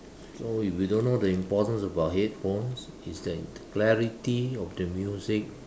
so if you don't know the importance about headphones is that the clarity of the music